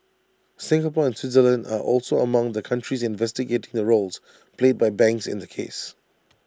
Singapore and Switzerland are also among the countries investigating the roles played by banks in the case